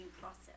process